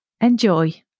enjoy